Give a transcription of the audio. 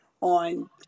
on